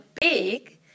big